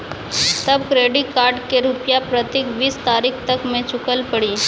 तब credit card के रूपिया प्रतीक बीस तारीख तक मे चुकल पड़ी?